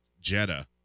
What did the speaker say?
Jetta